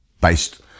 based